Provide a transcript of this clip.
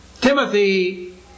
Timothy